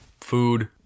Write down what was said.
food